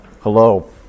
Hello